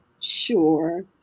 Sure